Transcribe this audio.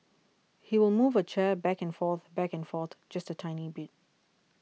he will move a chair back and forth back and forth just a tiny bit